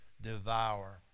devour